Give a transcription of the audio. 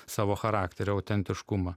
savo charakterį autentiškumą